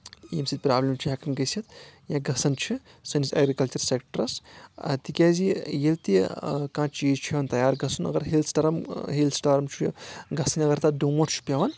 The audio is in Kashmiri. ییٚمہِ سۭتۍ پرابلِم چھِ ہؠکان گٔژھِتھ یا گژھان چھِ سٲنِس اؠگرِکَلچَر سیٚکٹرس تِکیازِ ییٚلہِ تہِ کانٛہہ چیٖز چھُ ہؠوان تیار گژھُن اگر ہِیل سٔٹارَم سٹارم چھُ گژھٕنۍ اگر تَتھ ڈونٛٹھ چھُ پؠوان